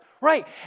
Right